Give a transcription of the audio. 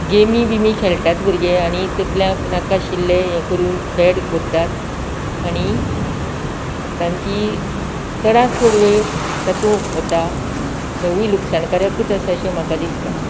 गेमी बिमी खेळटात भुरगें आनी तकल्यांक नाका आशिल्ले हे करून फेड भरतात आनी तांची चडांत चड वेळ तातूंत वता हेंवूय लुकसाण कारकच आसा अशें म्हाका दिसता